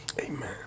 amen